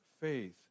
faith